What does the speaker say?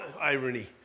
irony